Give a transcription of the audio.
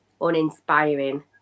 uninspiring